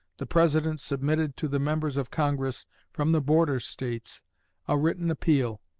the president submitted to the members of congress from the border states a written appeal,